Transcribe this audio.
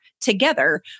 together